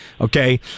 okay